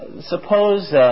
suppose